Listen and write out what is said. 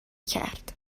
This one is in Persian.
کرد